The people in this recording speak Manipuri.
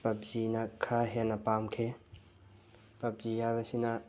ꯄꯞꯖꯤꯅ ꯈꯔ ꯍꯦꯟꯅ ꯄꯥꯝꯈꯤ ꯄꯞꯖꯤ ꯍꯥꯏꯕꯁꯤꯅ